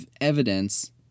evidence